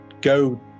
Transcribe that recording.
go